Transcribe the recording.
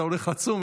אתה הולך לצום?